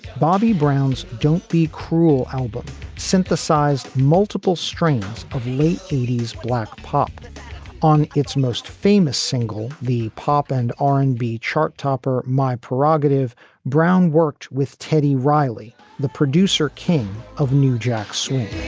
bobby brown's. don't be cruel. album synthesized multiple strains of late eighty s black pop on its most famous single. the pop and r and b chart topper my perogative brown worked with teddy riley, riley, the producer king of new jack swing